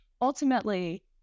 ultimately